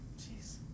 Jeez